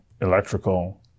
electrical